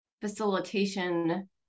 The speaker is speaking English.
facilitation